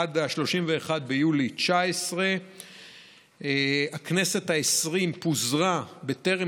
עד 31 ביולי 2019. הכנסת העשרים פוזרה בטרם